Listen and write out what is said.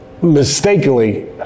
mistakenly